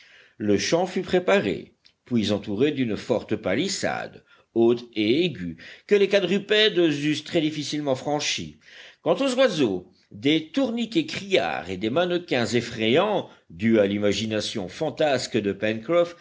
le champ fut préparé puis entouré d'une forte palissade haute et aiguë que les quadrupèdes eussent très difficilement franchie quant aux oiseaux des tourniquets criards et des mannequins effrayants dus à l'imagination fantasque de